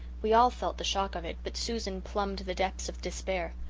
we all felt the shock of it but susan plumbed the depths of despair.